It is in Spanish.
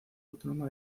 autónoma